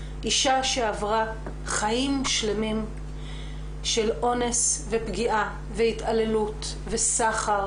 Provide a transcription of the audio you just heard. אישה שעברה חיים שלמים של אונס ופגיעה והתעללות וסחר